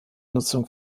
nutzung